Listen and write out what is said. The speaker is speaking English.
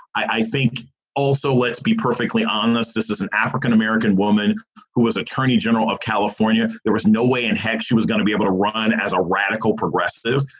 i think also, let's be perfectly honest, this is an african-american woman who was attorney general of california. there was no way in hell she was going to be able to run as a radical progressive.